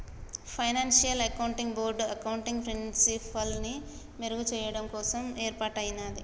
financial accounting board accounting ప్రిన్సిపల్స్ని మెరుగుచెయ్యడం కోసం యేర్పాటయ్యినాది